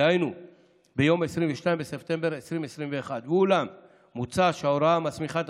דהיינו ביום 22 בספטמבר 2021. ואולם מוצע שההוראה המסמיכה את